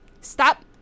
Stop